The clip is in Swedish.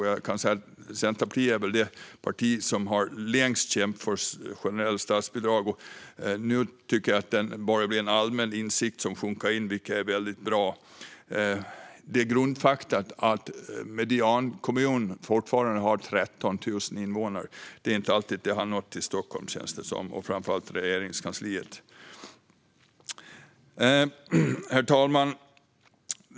Centerpartiet är det parti som har kämpat längst för generella statsbidrag, men nu tycker jag att det är en allmän insikt som har börjat sjunka in, vilket är bra. Det är grundfakta att mediankommunen fortfarande har 13 000 invånare, och det känns som att den insikten inte alltid har nått till Stockholm, framför allt inte till Regeringskansliet. Herr talman!